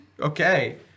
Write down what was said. Okay